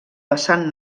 vessant